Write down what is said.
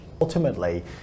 ultimately